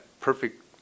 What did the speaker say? perfect